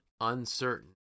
uncertain